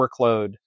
workload